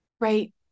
Right